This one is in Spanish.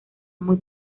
muy